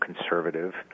conservative